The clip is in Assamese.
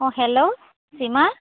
অঁ হেল্ল' সীমা